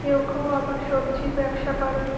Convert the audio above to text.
কেউ কেউ আবার সবজির ব্যবসা করে